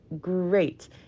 great